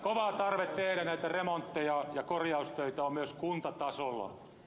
kova tarve tehdä näitä remontteja ja korjaustöitä on myös kuntatasolla